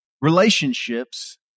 relationships